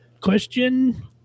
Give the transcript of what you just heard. Question